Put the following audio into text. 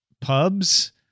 pubs